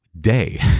day